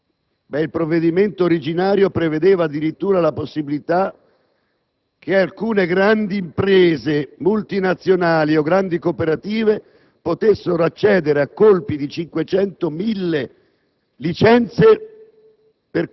il provvedimento originario prevedeva addirittura la possibilità che alcune grandi imprese multinazionali o grandi cooperative potessero accedere, a colpi di 500-1.000 licenze